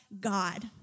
God